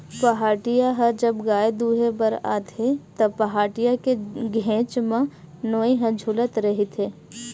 पहाटिया ह जब गाय दुहें बर आथे त, पहाटिया के घेंच म नोई ह छूलत रहिथे